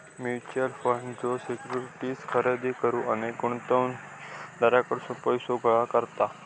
mutual fund ज्यो securities खरेदी करुक अनेक गुंतवणूकदारांकडसून पैसो गोळा करता